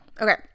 Okay